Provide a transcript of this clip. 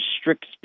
strict